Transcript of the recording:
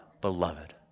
beloved